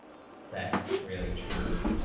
that really true